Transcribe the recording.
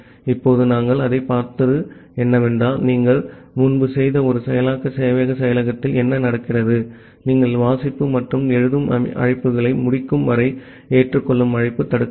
இப்போது நாங்கள் அதைப் பார்த்தது என்னவென்றால் நீங்கள் முன்பு செய்த ஒரு செயலாக்க சேவையக செயலாக்கத்தில் என்ன நடக்கிறது நீங்கள் வாசிப்பு மற்றும் எழுதும் அழைப்புகளை முடிக்கும் வரை ஏற்றுக்கொள்ளும் அழைப்பு தடுக்கப்படும்